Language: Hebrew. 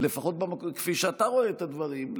לפחות כפי שאתה רואה את הדברים,